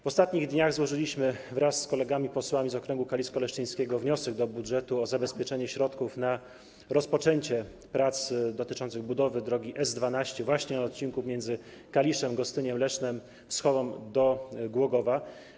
W ostatnich dniach złożyliśmy wraz z kolegami posłami z okręgu kalisko-leszczyńskiego wniosek do budżetu o zabezpieczenie środków na rozpoczęcie prac dotyczących budowy drogi S12 właśnie na odcinku między Kaliszem, Gostyniem, Lesznem, Wschową do Głogowa.